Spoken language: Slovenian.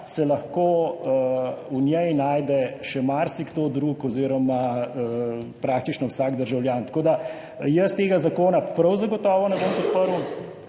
se lahko v njej najde še marsikdo drug oziroma praktično vsak državljan. Jaz tega zakona prav zagotovo ne bom podprl.